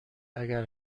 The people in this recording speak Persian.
اگر